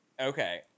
Okay